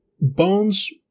Bones